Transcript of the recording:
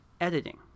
editing